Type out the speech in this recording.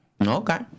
Okay